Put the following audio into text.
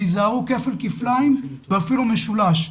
וייזהרו כפל כפליים ואפילו משולש,